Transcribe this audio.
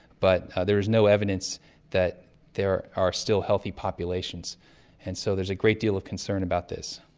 but there's no evidence that there are still healthy populations and so there's a great deal of concern about this.